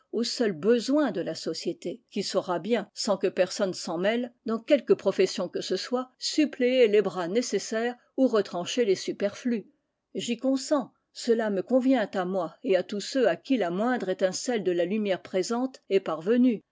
aux seuls besoins de la société qui saura bien sans que personne s'en mêle dans quelque profession que ce soit suppléer les bras nécessaires ou retrancher les superflus j'y consens cela me convient à moi et à tous ceux à qui la moindre étincelle de la lumière présente est parvenue